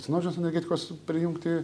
senosios energetikos prijungti